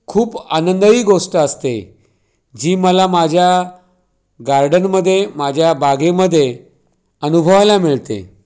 खूप आनंदाची गोष्ट असते जी मला माझ्या गार्डनमध्ये माझ्या बागेमध्ये अनुभवायला मिळते